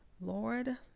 Lord